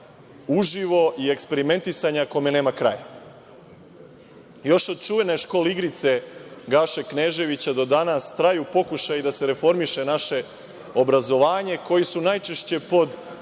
uživo i eksperimentisanja u kome nema kraja. Još od čuvene škole igrice Gaše Kneževića, do danas traju pokušaji da se reformiše naše obrazovanje koji su najčešće pod